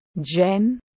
Jen